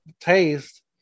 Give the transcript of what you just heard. taste